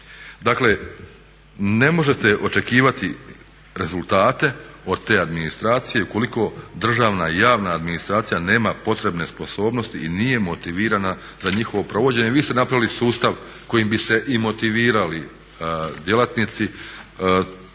Dakle ne možete očekivati rezultate od te administracije ukoliko državna i javna administracija nema potrebne sposobnosti i nije motivirana za njihovo provođenje. Vi ste napravili sustav kojim bi se i motivirali djelatnici.